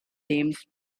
teams